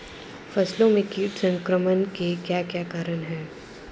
फसलों में कीट संक्रमण के क्या क्या कारण है?